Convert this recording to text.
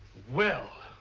well.